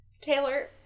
Taylor